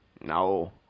No